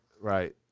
right